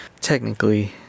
technically